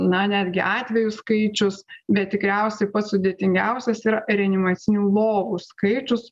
na netgi atvejų skaičius bet tikriausiai pats sudėtingiausias yra reanimacinių lovų skaičius